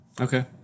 Okay